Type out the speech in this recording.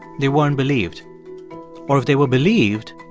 they weren't believed or if they were believed,